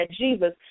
Jesus